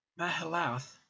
Mahalath